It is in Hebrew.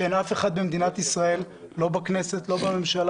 זה שאין אף אחד במדינת ישראל לא בכנסת ולא בממשלה